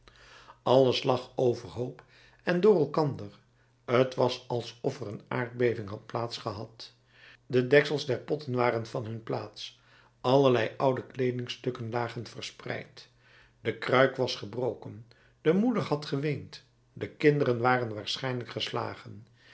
alles lag overhoop en door elkander t was alsof er een aardbeving had plaats gehad de deksels der potten waren van hun plaats allerlei oude kleedingstukken lagen verspreid de kruik was gebroken de moeder had geweend de kinderen waren waarschijnlijk geslagen